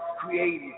created